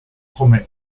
come